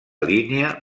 línia